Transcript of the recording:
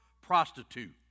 prostitute